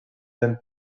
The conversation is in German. den